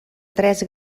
tres